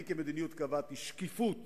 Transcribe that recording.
כמדיניות קבעתי שקיפות